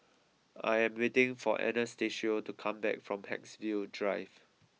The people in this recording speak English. I am waiting for Anastacio to come back from Haigsville Drive